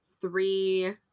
Three